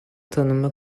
tanınma